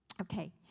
Okay